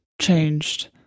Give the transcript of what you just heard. changed